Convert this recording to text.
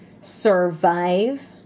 survive